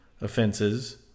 offenses